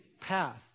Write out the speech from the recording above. path